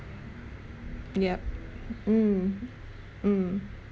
yup mm mm